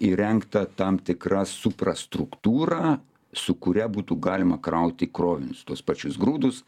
įrengta tam tikras suprastruktūra su kuria būtų galima krauti krovinius tuos pačius grūdus